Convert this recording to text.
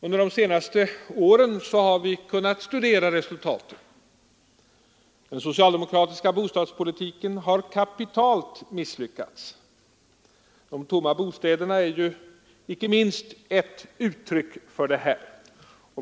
Under de senaste åren har vi kunnat studera resultaten. Den socialdemokratiska bostadspolitiken har kapitalt misslyckats. Icke minst de tomma bostäderna är ett uttryck för detta.